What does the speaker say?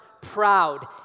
proud